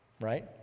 right